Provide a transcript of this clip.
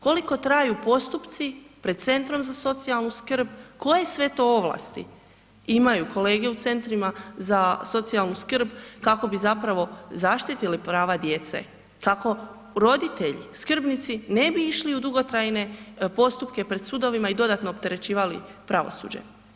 Koliko traju postupci pred centrom za socijalnu skrb, koje sve to ovlasti imaju u centrima za socijalnu skrb kako bi zapravo zaštitili prava djece kako roditelji skrbnici ne bi išli u dugotrajne postupke pred sudovima i dodatno opterećivali pravosuđe?